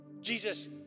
Jesus